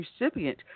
recipient